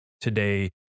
today